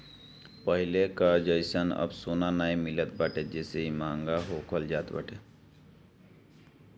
पहिले कअ जइसन अब सोना नाइ मिलत बाटे जेसे इ महंग होखल जात बाटे